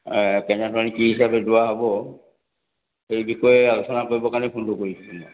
কেনে ধৰণে কি হিচাপে যোৱা হ'ব এই বিষয়ে আলোচনা কৰিবৰ কাৰণে ফোনটো কৰিছোঁ